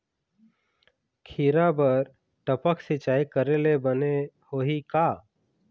खिरा बर टपक सिचाई करे ले बने होही का?